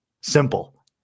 Simple